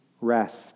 rest